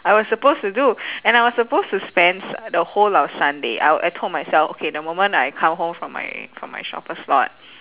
I was supposed to do and I was supposed to spend s~ the whole of sunday out I told myself okay the moment I come home from my from my shopper slot